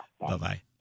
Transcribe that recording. Bye-bye